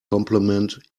complement